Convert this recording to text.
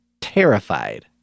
terrified